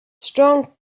strong